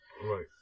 Right